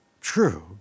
True